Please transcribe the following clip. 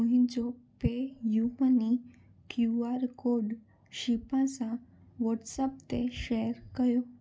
मुंहिंजो pay u money Q R code शीबा सां व्हाट्सएप ते शेयर कयो